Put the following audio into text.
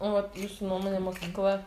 o vat jūsų nuomone mokykla